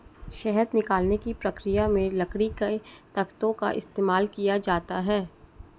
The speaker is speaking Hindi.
शहद निकालने की प्रक्रिया में लकड़ी के तख्तों का इस्तेमाल किया जाता है